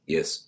Yes